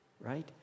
right